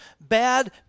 bad